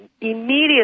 immediately